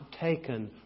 taken